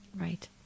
right